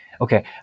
okay